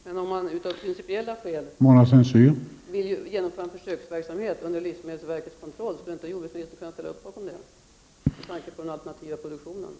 Herr talman! Om man av principiella skäl vill genomföra en försöksverksamhet under livsmedelsverkets kontroll, skulle då inte jordbruksministern kunna ställa sig bakom detta med tanke på den alternativa produktionen?